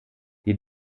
die